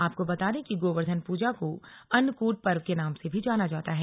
आपको बता दें कि गोवर्धन पूजा को अन्नकूट पर्व के नाम से भी जाना जाता है